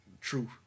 Truth